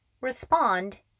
respond